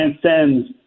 transcends